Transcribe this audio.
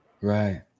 Right